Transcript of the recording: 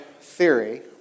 theory